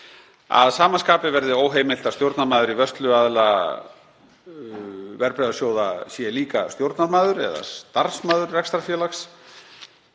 Að sama skapi verði óheimilt að stjórnarmaður vörsluaðila verðbréfasjóða sé líka stjórnarmaður eða starfsmaður rekstrarfélags.